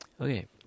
okay